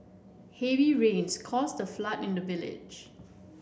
heavy rains caused a flood in the village